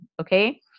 okay